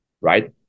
right